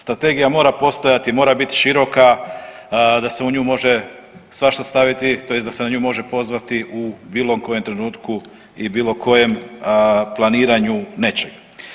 Strategija mora postojati, mora biti široka da se u nju može svašta staviti tj. da se na nju može pozvati u bilo kojem trenutku i bilo kojem planiranju nečega.